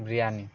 biryani